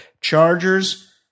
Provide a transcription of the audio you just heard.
Chargers